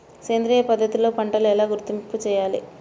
సేంద్రియ పద్ధతిలో పంటలు ఎలా గుర్తింపు చేయాలి?